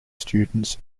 students